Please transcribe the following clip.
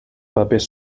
papers